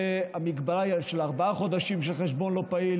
שהמגבלה היא של ארבעה חודשים שהחשבון לא פעיל,